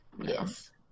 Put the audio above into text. Yes